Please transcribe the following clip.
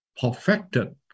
perfected